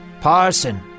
Parson